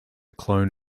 clone